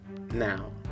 Now